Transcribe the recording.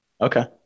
Okay